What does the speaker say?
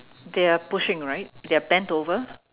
they are pushing right they are bent over